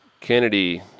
Kennedy